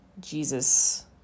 Jesus